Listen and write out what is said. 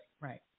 right